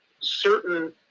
certain